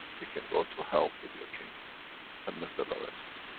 you can go to hell with your king and mr laureyssens.